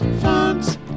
fonts